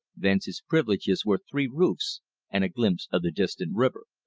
thence his privileges were three roofs and a glimpse of the distant river.